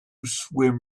swim